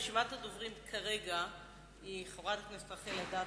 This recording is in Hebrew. רשימת הדוברים כרגע היא זאת: חברת הכנסת רחל אדטו,